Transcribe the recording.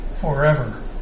forever